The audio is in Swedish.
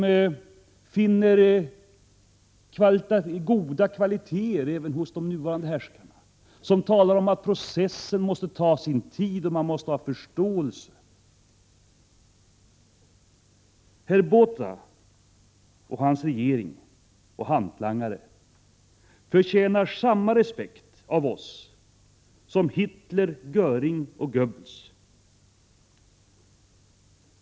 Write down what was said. De finner goda kvaliteter även hos de nuvarande härskarna, och de talar om att processen tar sin tid och att man måste ha förståelse för detta. Men herr Botha och hans regering och hantlangare förtjänar samma respekt av oss som Hitler, Göring och Goebbels.